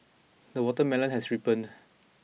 the watermelon has ripened